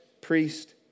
priest